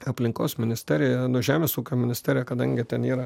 aplinkos ministerija nu žemės ūkio ministerija kadangi ten yra